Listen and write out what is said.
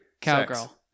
Cowgirl